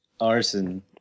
Arson